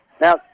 Now